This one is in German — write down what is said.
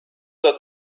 der